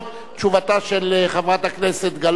תשובתה של חברת הכנסת גלאון,